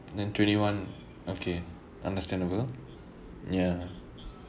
then twenty one okay understandable ya